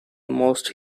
most